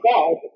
God